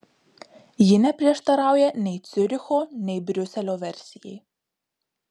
ji neprieštarauja nei ciuricho nei briuselio versijai